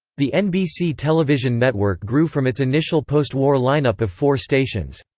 the nbc television network grew from its initial post-war lineup of four stations.